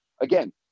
again